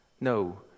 No